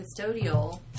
custodial